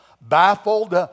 baffled